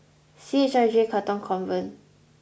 C H I J Katong Convent